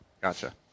Gotcha